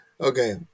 Okay